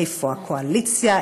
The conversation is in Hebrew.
איפה הקואליציה?